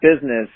business